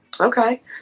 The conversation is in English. Okay